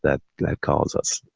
that calls us.